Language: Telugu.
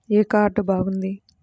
ఏ కార్డు బాగుంది?